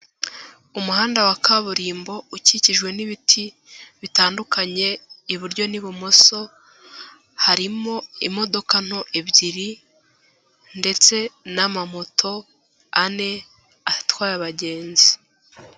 Umuhanda wa kaburimbo ukikijwe n'ibiti bitandukanye, iburyo n'ibumoso, harimo imodoka nto ebyiri, ndetse n'amamoto ane atwaye abagenzi.